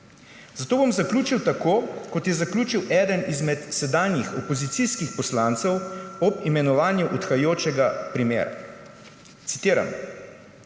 Zato bom zaključil tako, kot je zaključil eden izmed sedanjih opozicijskih poslancev ob imenovanju odhajajočega primera. Citiram: